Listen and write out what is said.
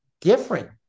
different